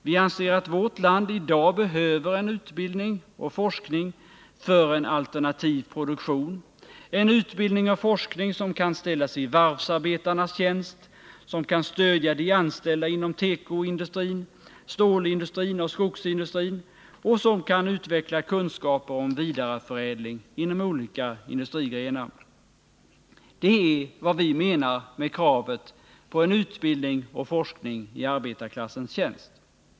Vi anser att vårt land i dag behöver utbildning och forskning för en alternativ produktion, en utbildning och forskning som kan ställas i varvsarbetarnas tjänst, som kan stödja de anställda inom tekoindustrin, stålindustrin och skogsindustrin och som kan utveckla kunskaper om vidareförädling inom olika industrigrenar. Det är vad vi menar med kravet på en utbildning och forskning i arbetarklassens tjänst.